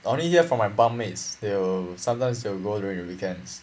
I only hear from my bunk mates still sometimes they will go during weekends